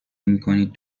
نمیکنید